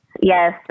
yes